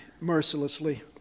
mercilessly